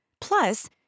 Plus